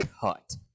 cut